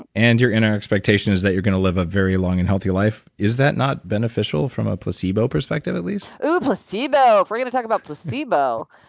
and your inner expectation is that you're going to live a very long and healthy life, is that not beneficial from a placebo perspective at least? oh, placebo, if we're going to talk about placebo,